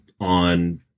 on